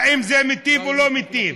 האם זה מיטיב או לא מיטיב?